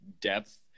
depth